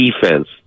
defense